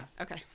okay